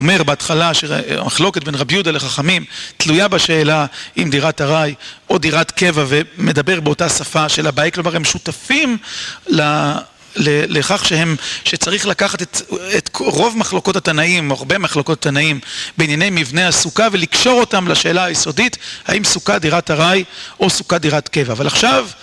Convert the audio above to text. הוא אומר בהתחלה שהמחלוקת בין רב יהודה לחכמים תלויה בשאלה אם דירת ארעי או דירת קבע ומדבר באותה שפה של הבייקלובר הם שותפים לכך שצריך לקחת את רוב מחלוקות התנאים או הרבה מחלוקות תנאים בענייני מבנה הסוכה ולקשור אותם לשאלה היסודית האם סוכה דירת ארעי או סוכה דירת קבע. אבל עכשיו